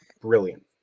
Brilliant